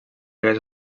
hagués